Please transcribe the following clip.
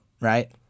right